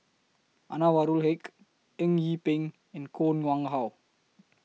Anwarul Haque Eng Yee Peng and Koh Nguang How